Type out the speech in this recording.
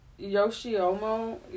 Yoshiomo